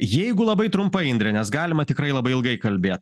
jeigu labai trumpai indre nes galima tikrai labai ilgai kalbėt